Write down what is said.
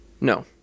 No